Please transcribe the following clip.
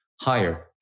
higher